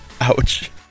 Ouch